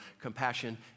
Compassion